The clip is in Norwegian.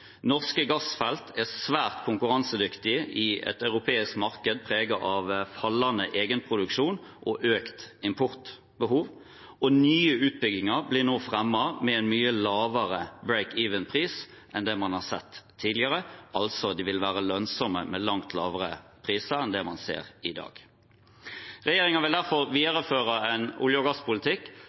Norske gassfelt er svært konkurransedyktige i et europeisk marked preget av fallende egenproduksjon og økt importbehov, og nye utbygginger blir nå fremmet med en mye lavere «break even»-pris enn det man har sett tidligere. Altså: De vil være lønnsomme med langt lavere priser enn det man ser i dag. Regjeringen vil derfor videreføre en olje- og gasspolitikk